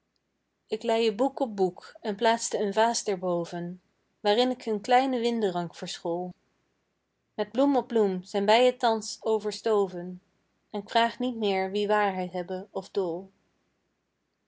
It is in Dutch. leî boek op boek en plaatste een vaas daarboven waarin k een kleine winderank verschool met bloem op bloem zijn beî thans overstoven en k vraag niet meer wie waarheid hebbe of dool